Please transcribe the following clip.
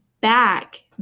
back